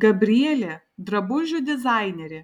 gabrielė drabužių dizainerė